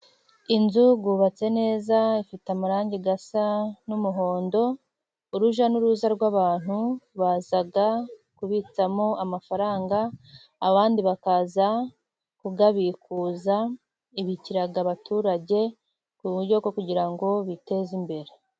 Inzu yubatse neza ifite amarangi asa n'umuhondo, urujya n'uruza rw'abantu baza kubitsamo amafaranga, abandi bakaza kuyabikuza, ibikira abaturage ku buryo bwo kugirango biteze imbere.